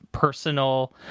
personal